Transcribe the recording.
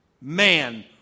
man